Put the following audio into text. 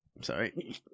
Sorry